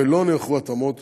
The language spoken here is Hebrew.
ולא נערכו התאמות